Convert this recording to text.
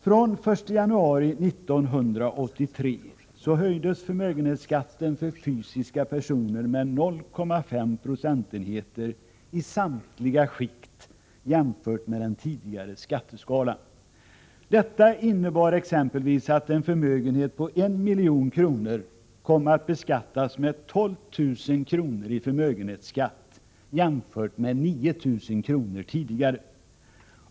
Från den 1 januari 1983 höjdes förmögenhetsskatten för fysiska personer med 0,5 procentenheter i samtliga skikt jämfört med den tidigare skatteskalan. Detta innebar exempelvis att en förmögenhet på 1 milj.kr. kom att beskattas med 12 000 kr. jämfört med 9 000 kr. tidigare.